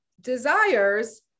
desires